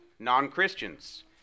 non-Christians